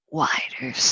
wider